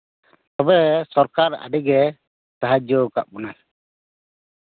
ᱛᱚᱵᱮ ᱥᱚᱨᱠᱟᱨ ᱟᱹᱰᱤᱜᱮᱭ ᱥᱟᱦᱟᱡᱡᱚ ᱟᱠᱟᱫ ᱵᱚᱱᱟᱭ